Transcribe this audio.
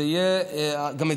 גם זה יהיה בהדרגה,